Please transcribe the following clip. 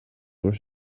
were